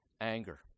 anger